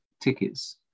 tickets